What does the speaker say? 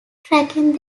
tracking